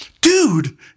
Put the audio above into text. dude